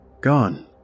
Gone